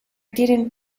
didn’t